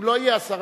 אם לא יהיה השר,